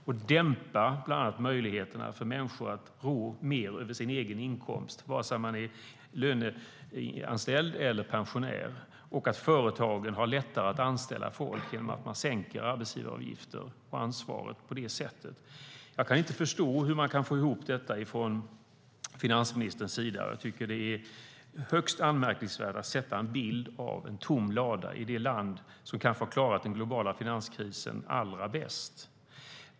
De dämpar bland annat människors möjligheter att råda mer över sin egen inkomst, vare sig man är löneanställd eller pensionär. Företagen har lättare att anställa folk om man sänker arbetsgivaravgifter och tar ansvar på det sättet. Jag förstår inte hur man kan få ihop detta från finansministerns sida. Jag tycker att det är högst anmärkningsvärt att sätta upp en bild av en tom lada i det land som kanske har klarat den globala finanskrisen allra bäst.